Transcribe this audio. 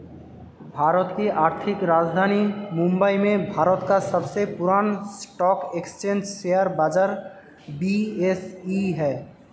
भारत की आर्थिक राजधानी मुंबई में भारत का सबसे पुरान स्टॉक एक्सचेंज शेयर बाजार बी.एस.ई हैं